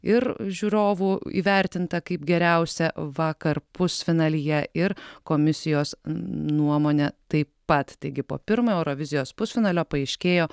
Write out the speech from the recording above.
ir žiūrovų įvertinta kaip geriausia vakar pusfinalyje ir komisijos nuomone taip pat taigi po pirmo eurovizijos pusfinalio paaiškėjo